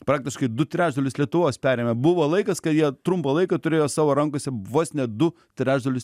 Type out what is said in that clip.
praktiškai du trečdalius lietuvos perėmė buvo laikas kai jie trumpą laiką turėjo savo rankose vos ne du trečdalius